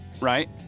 right